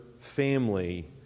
family